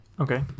okay